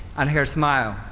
and her smile,